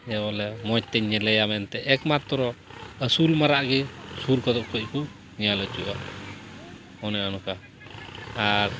ᱡᱮᱵᱚᱞᱮ ᱢᱚᱡᱽ ᱛᱮᱧ ᱧᱮᱞᱮᱭᱟ ᱢᱮᱱᱛᱮ ᱮᱠᱢᱟᱛᱨᱚ ᱟᱥᱩᱞ ᱢᱟᱨᱟᱜ ᱜᱮ ᱥᱩᱨ ᱠᱚᱫᱚ ᱠᱷᱚᱱ ᱠᱚ ᱧᱮᱞ ᱚᱪᱚᱣᱜᱼᱟ ᱚᱱᱮ ᱚᱱᱠᱟ ᱟᱨ